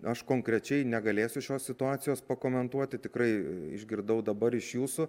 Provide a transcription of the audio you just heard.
aš konkrečiai negalėsiu šios situacijos pakomentuoti tikrai išgirdau dabar iš jūsų